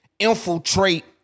infiltrate